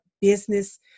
business